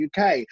UK